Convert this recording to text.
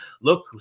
look